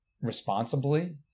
responsibly